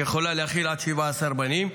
שיכולה להכיל עד 17 בנים,